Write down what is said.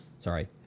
sorry